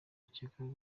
ukekwaho